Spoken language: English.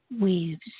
weaves